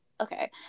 okay